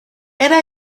era